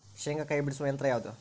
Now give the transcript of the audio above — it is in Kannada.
ಶೇಂಗಾಕಾಯಿ ಬಿಡಿಸುವ ಯಂತ್ರ ಯಾವುದು?